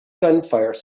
gunfire